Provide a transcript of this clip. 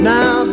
Now